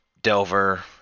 Delver